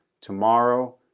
Tomorrow